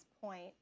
point